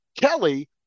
Kelly